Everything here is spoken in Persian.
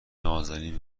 نازنین